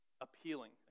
appealing